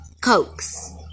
Cokes